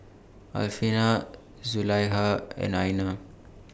Alfian Zulaikha and Aina